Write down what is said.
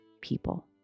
people